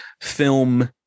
film